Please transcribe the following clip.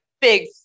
big